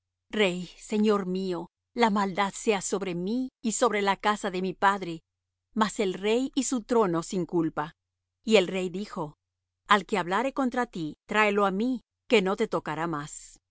rey señor mío la maldad sea sobre mí y sobre la casa de mi padre mas el rey y su trono sin culpa y el rey dijo al que hablare contra tí tráelo á mí que no te tocará más